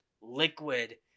liquid